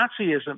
Nazism